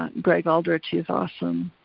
um greg aldrich, he's awesome,